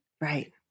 Right